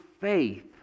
faith